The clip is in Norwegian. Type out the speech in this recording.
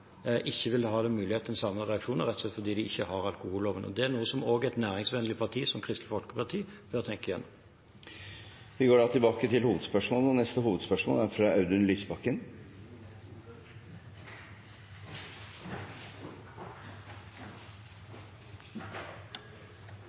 slett fordi de ikke har alkoholloven. Det er noe som også et næringsvennlig parti som Kristelig Folkeparti bør tenke igjennom. Vi går videre til neste hovedspørsmål. Mitt spørsmål går til barneministeren. Barnevern handler om trygghet, og